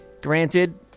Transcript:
Granted